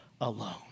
alone